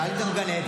חבר הכנסת נאור שירי.